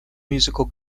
musical